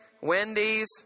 Wendy's